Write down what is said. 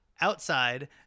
outside